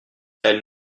elles